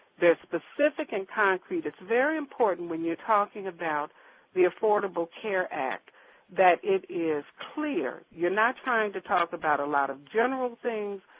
they're specific and concrete. it's very important when you're talking about the affordable care act that it is clear, you're not trying to talk about a lot of general things,